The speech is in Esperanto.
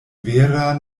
vera